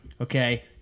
Okay